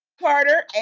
carter